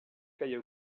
kaj